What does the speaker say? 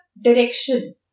direction